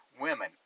Women